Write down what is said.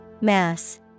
Mass